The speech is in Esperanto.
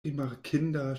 rimarkinda